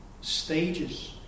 stages